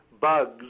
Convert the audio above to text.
bugs